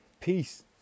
Peace